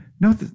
no